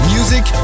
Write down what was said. Music